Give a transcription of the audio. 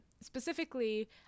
specifically